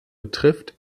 betrifft